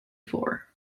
four